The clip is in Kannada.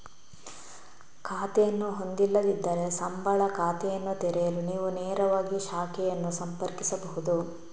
ಖಾತೆಯನ್ನು ಹೊಂದಿಲ್ಲದಿದ್ದರೆ, ಸಂಬಳ ಖಾತೆಯನ್ನು ತೆರೆಯಲು ನೀವು ನೇರವಾಗಿ ಶಾಖೆಯನ್ನು ಸಂಪರ್ಕಿಸಬಹುದು